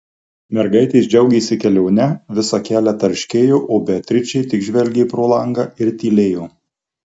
mergaitės džiaugėsi kelione visą kelią tarškėjo o beatričė tik žvelgė pro langą ir tylėjo